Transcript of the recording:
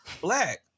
black